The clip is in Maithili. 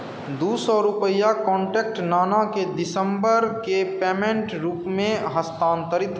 दू सए रुपैआ कॉन्टैक्ट नानाकेँ दिसंबर के पेमेंटक रूपमे हस्तांतरित करू